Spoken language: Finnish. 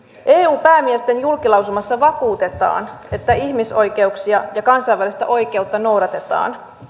eu päämiesten julkilausumassa vakuutetaan että ihmisoikeuksia ja kansainvälistä oikeutta noudatetaan